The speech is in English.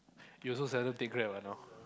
you also seldom take Grab ah now